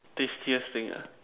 tastiest thing ah